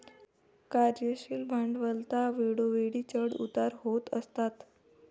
कार्यशील भांडवलात वेळोवेळी चढ उतार होत असतात